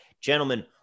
Gentlemen